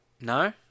No